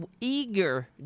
eager